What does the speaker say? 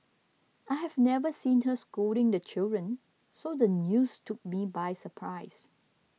I have never seen her scolding the children so the news took me by surprise